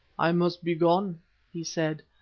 i must be gone he said.